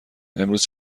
امروز